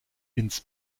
ins